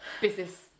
business